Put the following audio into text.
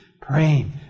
praying